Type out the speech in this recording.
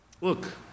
look